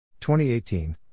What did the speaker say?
2018